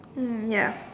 mm ya